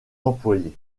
employés